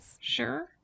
Sure